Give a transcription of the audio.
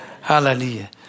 Hallelujah